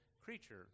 creature